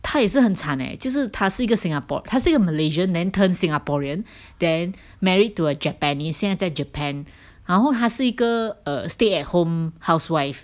她也是很惨咧就是她是一个 Singapore 他是一个 Malaysian then turn Singaporean then married to a Japanese 现在在 Japan 然后她是一个 err stay at home housewife